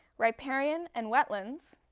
riparian and wetlands,